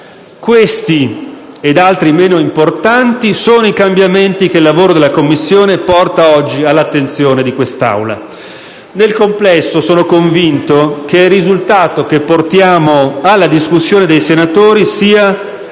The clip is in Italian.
Questi ed altri meno importanti sono i cambiamenti che il lavoro della Commissione porta oggi all'attenzione di quest'Aula. Nel complesso sono convinto che il risultato che portiamo alla discussione dei senatori sia